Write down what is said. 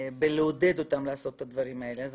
בלעודד אותם לעשות את הדברים האלה.